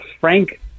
frank